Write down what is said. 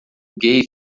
gay